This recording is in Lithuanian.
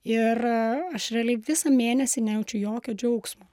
ir aš realiai visą mėnesį nejaučiu jokio džiaugsmo